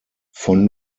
von